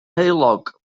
heulog